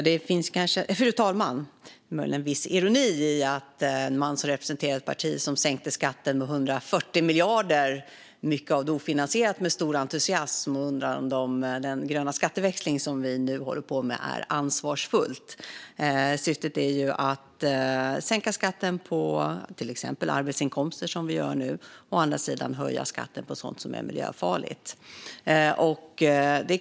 Fru talman! Det finns möjligen en viss ironi i att en man som representerar ett parti som med stor entusiasm sänkte skatten med 140 miljarder - mycket av det ofinansierat - undrar om den gröna skatteväxling som vi nu håller på med är ansvarsfull. Syftet är ju att sänka skatten på till exempel arbetsinkomster, som vi gör nu, och att höja skatten på sådant som är miljöfarligt.